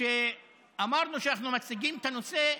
כשאמרנו שאנחנו מציגים את הנושא,